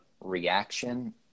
reaction